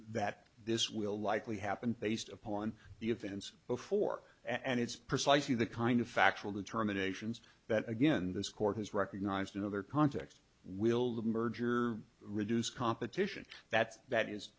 that this will likely happen based upon the events before and it's precisely the kind of factual determinations that again this court has recognized in other contexts will the merger reduce competition that's that is